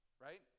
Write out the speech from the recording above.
Right